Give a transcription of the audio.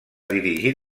dirigir